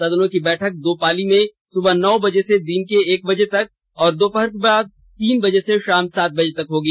सदनों की बैठक दो पाली में सुबह नौ बजे से दिन में एक बजे तक और दोपहर बाद तीन बजे से शाम सात बजे तक होगी